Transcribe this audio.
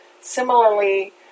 Similarly